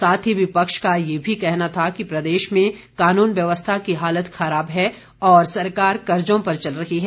साथ ही विपक्ष का यह भी कहना था कि प्रदेश में कानून व्यवस्था की हालत खराब है और सरकार कर्जो पर चल रही है